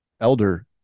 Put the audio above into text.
elder